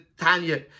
Tanya